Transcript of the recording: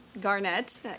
Garnett